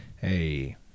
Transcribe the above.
hey